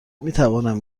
میتوانم